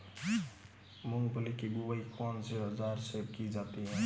मूंगफली की बुआई कौनसे औज़ार से की जाती है?